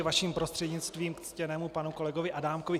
Vaším prostřednictvím k ctěnému panu kolegovi Adámkovi.